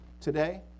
today